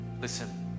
listen